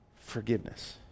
Forgiveness